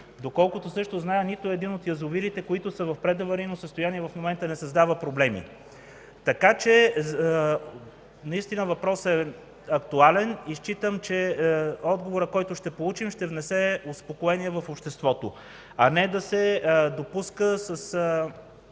Доколкото също зная, нито един от язовирите, които са в предаварийно състояние, в момента не създава проблеми. Въпросът наистина е актуален и считам, че отговорът, който ще получим, ще внесе успокоение в обществото, а не с популистки